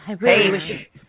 Hey